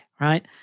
right